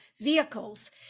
vehicles